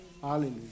Hallelujah